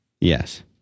Yes